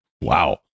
Wow